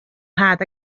rhad